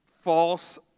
false